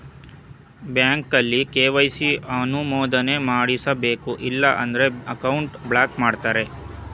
ಬ್ಯಾಂಕಲ್ಲಿ ಕೆ.ವೈ.ಸಿ ಅನುಮೋದನೆ ಮಾಡಿಸಬೇಕು ಇಲ್ಲ ಅಂದ್ರೆ ಅಕೌಂಟ್ ಬ್ಲಾಕ್ ಮಾಡ್ತಾರೆ